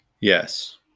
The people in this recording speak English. Yes